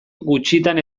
gutxitan